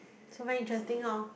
so very interesting orh